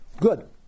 Good